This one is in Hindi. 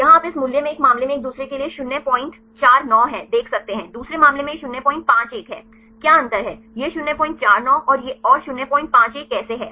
यहाँ आप मूल्य इस एक मामले में एक दूसरे के लिए 049 है देख सकते हैं दूसरे मामले में यह 051 है क्या अंतर है यह 049 और 051 कैसे है